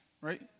right